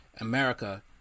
America